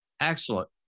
Excellent